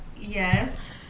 yes